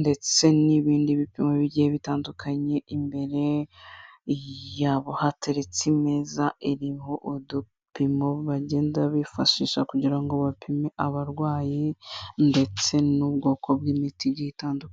ndetse n'ibindi bipimo bigiye bitandukanye, imbere yabo hateretse imeza iriho udupimo bagenda bifashisha kugira ngo bapime abarwayi, ndetse n'ubwoko bw'imiti itandukanye.